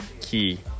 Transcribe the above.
key